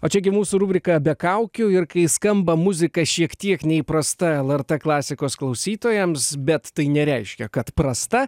o čia gi mūsų rubrika be kaukių ir kai skamba muzika šiek tiek neįprasta lrt klasikos klausytojams bet tai nereiškia kad prasta